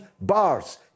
bars